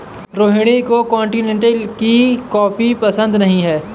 रोहिणी को कॉन्टिनेन्टल की कॉफी पसंद नहीं है